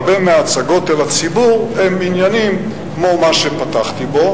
הרבה מההצגות אל הציבור הן בעניינים כמו מה שפתחתי בו,